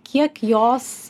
kiek jos